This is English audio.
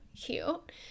cute